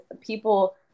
people